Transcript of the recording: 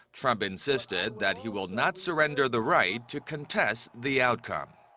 trump insisted that he will not surrender the right to contest the outcome.